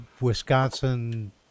Wisconsin